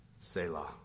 Selah